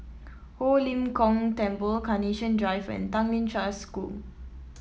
Ho Lim Kong Temple Carnation Drive and Tanglin Trust School